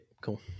cool